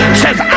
says